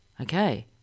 okay